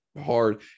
hard